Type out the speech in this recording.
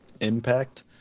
impact